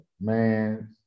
man